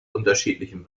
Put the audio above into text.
unterschiedlichen